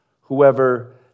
Whoever